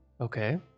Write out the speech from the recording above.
Okay